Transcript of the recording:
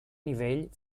nivell